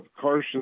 Carson